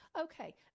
okay